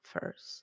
first